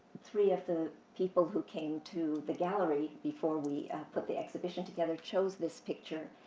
three of the people who came to the gallery before we put the exhibition together chose this picture,